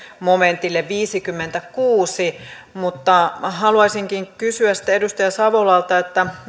momentille viisikymmentäkuusi mutta haluaisin sitten kysyä edustaja savolalta